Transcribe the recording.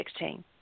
2016